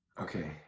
Okay